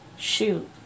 shoot